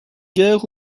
guerre